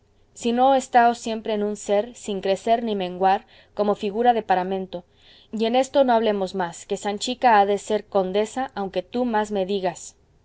sino estaos siempre en un ser sin crecer ni menguar como figura de paramento y en esto no hablemos más que sanchica ha de ser condesa aunque tú más me digas